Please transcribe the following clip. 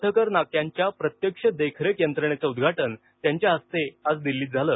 पथकर नाक्यांच्या प्रत्यक्ष देखरेख यंत्रणेचं उद्घाटन त्यांच्या हस्ते आज झालं